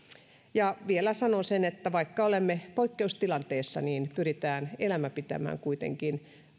vielä sanon sen että vaikka olemme poikkeustilanteessa niin pyritään elämä pitämään kuitenkin